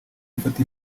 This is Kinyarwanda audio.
ifata